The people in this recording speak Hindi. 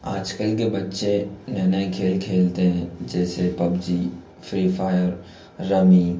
आजकल के बच्चे नए नए खेल खेलते हैं जैसे पबजी फ्री फायर रमी